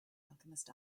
alchemist